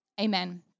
Amen